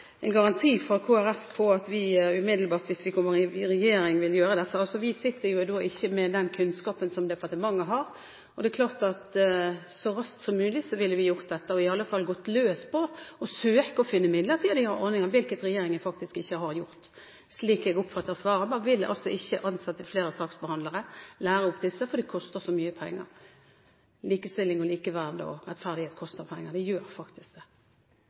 en del midler. Til det med en garanti fra Kristelig Folkeparti for at vi, hvis vi kommer i regjering, umiddelbart vil gjøre dette: Vi sitter jo ikke med den kunnskapen som departementet har, men det er klart at vi så raskt som mulig ville gjort dette – i alle fall gått løs på å søke å finne midlertidige ordninger, hvilket regjeringen faktisk ikke har gjort, slik jeg oppfatter svaret. Man vil altså ikke ansette flere saksbehandlere og lære opp disse, for